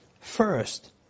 First